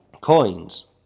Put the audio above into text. coins